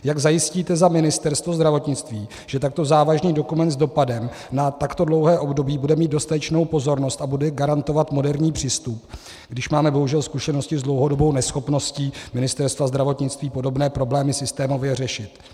Jak zajistíte za Ministerstvo zdravotnictví, že takto závažný dokument s dopadem na takto dlouhé období bude mít dostatečnou pozornost a bude garantovat moderní přístup, když máme bohužel zkušenosti s dlouhodobou neschopností Ministerstva zdravotnictví podobné problémy systémově řešit?